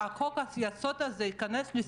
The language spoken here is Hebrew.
נילחם.